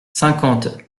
cinquante